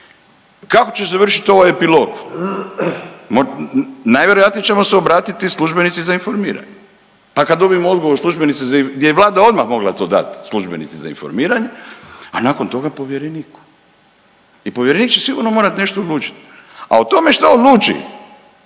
Kako će završiti ovaj epilog? Najvjerojatnije ćemo se obratiti službenici za informiranje, pa kad dobijemo odgovor od službenice gdje je Vlada odmah mogla to dati službenici za informiranje a nakon toga povjereniku. I povjerenik će sigurno morati nešto odlučiti. A o tome šta odluči